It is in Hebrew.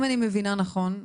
אם אני מבינה נכון,